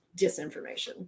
disinformation